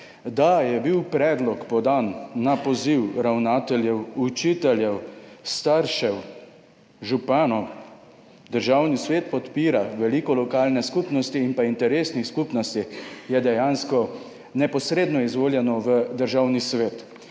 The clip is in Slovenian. da je bil predlog podan na poziv ravnateljev, učiteljev, staršev, županov. Državni svet podpira, veliko lokalne skupnosti in pa interesnih skupnosti je dejansko neposredno izvoljeno v Državni svet.